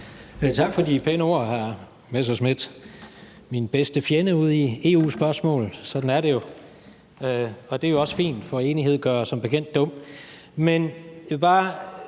Tak for de pæne ord, hr. Morten Messerschmidt – min bedste fjende udi EU-spørgsmål. Sådan er det jo, og det er også fint, for enighed gør som bekendt dum. Men jeg vil bare